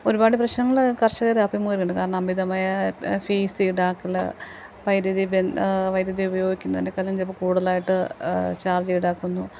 ഒരുപാട് പ്രശ്നങ്ങൾ കർഷകർ അഭിമുഖീകരിക്കുന്നുണ്ട് കാരണം അമിതമായ ഫീസ് ഈടാക്കൽ വൈദ്യുതി ബിൽ വൈദ്യുതി ഉപയോഗിക്കുന്നതിനേക്കാളും ചിലപ്പം കൂടുതലായിട്ട് ചാർജ്ജീടാക്കുന്നു